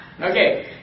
Okay